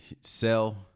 Sell